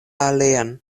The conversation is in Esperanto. alian